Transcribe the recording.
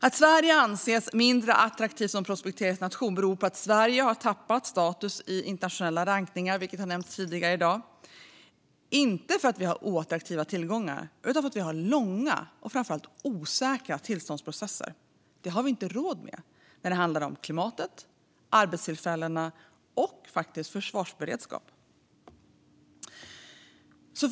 Att Sverige anses mindre attraktivt som prospekteringsnation beror på att Sverige har tappat status i internationella rankningar, vilket har nämnts tidigare i dag. Detta beror inte på att vi har oattraktiva tillgångar utan på att vi har långa och framför allt osäkra tillståndsprocesser. Det har vi inte råd med när det handlar om klimatet, arbetstillfällena och, faktiskt, försvarsberedskapen.